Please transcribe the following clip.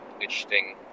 Interesting